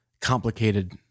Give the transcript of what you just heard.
complicated